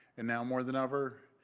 and now more than ever,